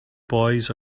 boys